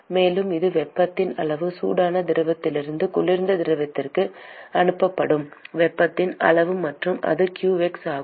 மேலும் இது வெப்பத்தின் அளவு சூடான திரவத்திலிருந்து குளிர்ந்த திரவத்திற்கு அனுப்பப்படும் வெப்பத்தின் அளவு மற்றும் அது qx ஆகும்